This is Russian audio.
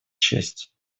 честь